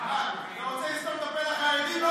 אתה רוצה לסתום את הפה לחרדים?